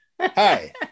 Hi